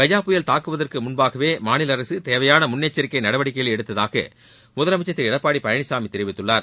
கஜா புயல் தாக்குவதற்கு முன்பாகவே மாநில அரசு தேவையான முன்னெச்சரிக்கை நடவடிக்கைகளை எடுத்ததாக முதலமைச்சர் திரு எடப்பாடி பழனிசாமி தெரிவித்துள்ளார்